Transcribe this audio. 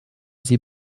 sie